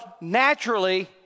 naturally